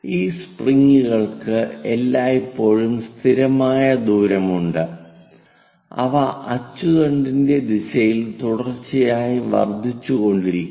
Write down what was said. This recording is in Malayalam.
ഈ സ്പ്രിംഗ്കൾക്ക് എല്ലായ്പ്പോഴും സ്ഥിരമായ ദൂരം ഉണ്ട് അവ അച്ചുതണ്ടിന്റെ ദിശയിൽ തുടർച്ചയായി വർദ്ധിച്ചുകൊണ്ടിരിക്കുന്നു